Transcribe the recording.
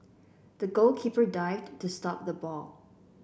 the goalkeeper dived to stop the ball